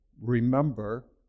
remember